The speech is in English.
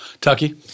Tucky